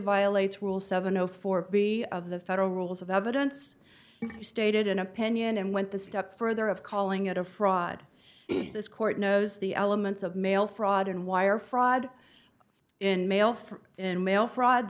violates rule seven zero four b of the federal rules of evidence stated an opinion and went the step further of calling it a fraud this court knows the elements of mail fraud and wire fraud in mail for in mail fr